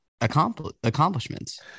accomplishments